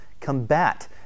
combat